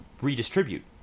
redistribute